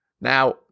Now